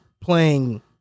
playing